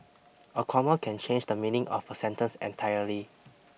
a comma can change the meaning of a sentence entirely